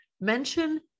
mention